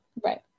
Right